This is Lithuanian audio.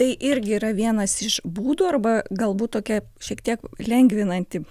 tai irgi yra vienas iš būdų arba galbūt tokia šiek tiek lengvinanti